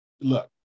look